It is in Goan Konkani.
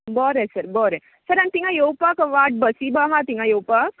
बरें सर बरें सर आनी तिंगा येवपाक वाट बसीं बा आसा तिंगा येवपाक